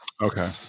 Okay